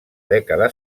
dècada